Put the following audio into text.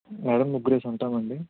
madam ముగ్గురేసి ఉంటామండి